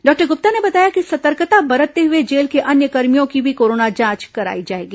doctor Gupta ने बताया कि सतर्कता बरतते हुए जेल के अन्य कर्मियों की भी कोरोना जांच कराई जाएगी